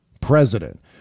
president